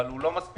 אבל הוא לא מספיק,